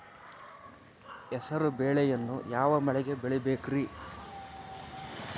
ಹೆಸರುಬೇಳೆಯನ್ನು ಯಾವ ಮಳೆಗೆ ಬೆಳಿಬೇಕ್ರಿ?